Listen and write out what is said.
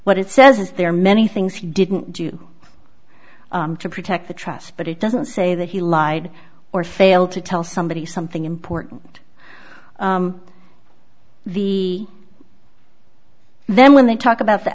what it says is there are many things he didn't do to protect the trust but it doesn't say that he lied or failed to tell somebody something important v then when they talk about the